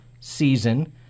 season